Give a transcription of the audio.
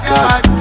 God